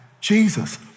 Jesus